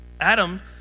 Adam